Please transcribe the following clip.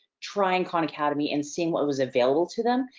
trying khan academy and seeing what was available to them,